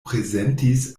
prezentis